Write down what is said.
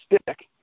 stick